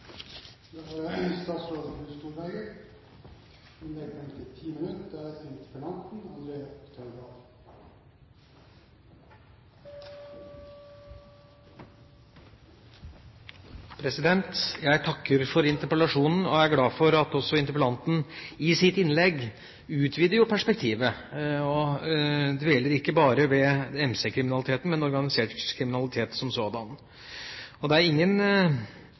Jeg takker for interpellasjonen og er glad for at også interpellanten i sitt innlegg utvider perspektivet. Han dveler ikke bare ved MC-kriminaliteten, men ved organisert kriminalitet som sådan. Det er ingen